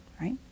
right